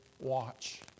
watch